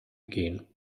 gehen